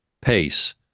pace